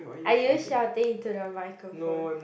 are you shouting into the microphone